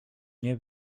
nie